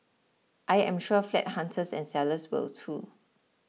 I am sure flat hunters and sellers will too